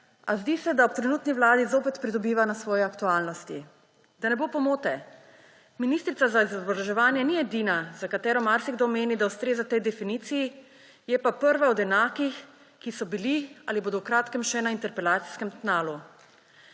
a zdi se, da ob trenutnih vladi zopet pridobiva na svoji aktualnosti. Da ne bo pomote, ministrica za izobraževanje ni edina, za katero marsikdo meni, da ustreza tej definiciji, je pa prva od enakih, ki so bili ali bodo v kratkem še na interpelacijskem tnalu.